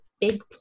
big